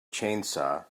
chainsaw